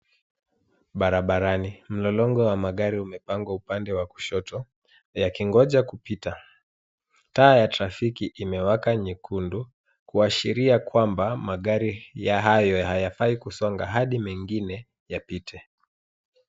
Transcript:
Barabarani. Mlolongo wa magari umepangwa upande wa kushoto yakingoja kupita. Taa ya trafiki imewaka nyekundu kuashiria kwamba magari ya highway hayafai kusonga hadi mengine yapite.